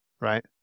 right